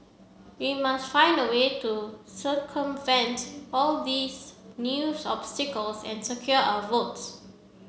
we must find a way to circumvent all these new obstacles and secure our votes